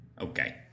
Okay